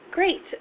Great